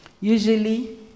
Usually